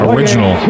Original